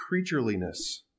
creatureliness